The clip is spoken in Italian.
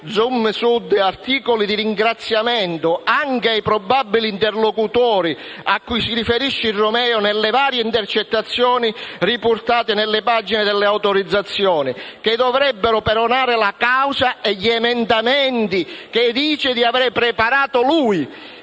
Zoomsud - articoli di ringraziamento anche ai probabili interlocutori a cui si riferisce il Romeo nelle varie intercettazioni riportate nelle pagine delle autorizzazioni, che dovrebbero perorare la causa e gli emendamenti che dice di aver preparato lui